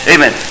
Amen